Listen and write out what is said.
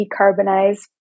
decarbonize